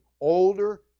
older